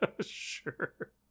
Sure